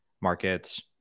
markets